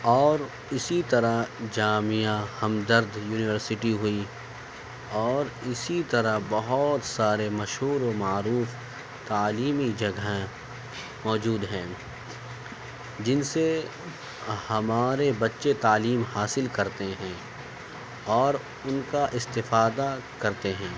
اور اسی طرح جامعہ ہمدرد یونیورسٹی ہوئی اور اسی طرح بہت سارے مشہور و معروف تعلیمی جگہیں موجود ہیں جن سے ہمارے بچے تعلیم حاصل کرتے ہیں اور ان کا استفادہ کرتے ہیں